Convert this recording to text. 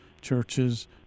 churches—